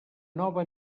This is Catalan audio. nova